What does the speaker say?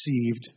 received